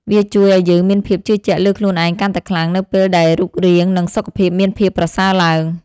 វាជួយឱ្យយើងមានភាពជឿជាក់លើខ្លួនឯងកាន់តែខ្លាំងនៅពេលដែលរូបរាង និងសុខភាពមានភាពប្រសើរឡើង។